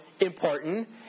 important